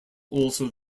also